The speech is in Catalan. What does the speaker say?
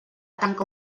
tanca